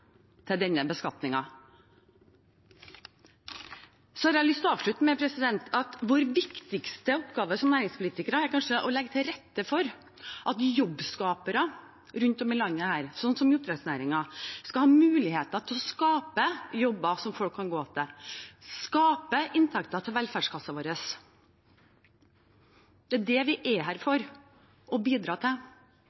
til denne beskatningen. Så har jeg lyst til å avslutte med å si at vår kanskje viktigste oppgave som næringspolitikere er å legge til rette for at jobbskapere rundt om i landet, som i oppdrettsnæringen, skal ha muligheter til å skape jobber som folk kan gå til, skape inntekter til velferdskassen vår. Det er det vi er her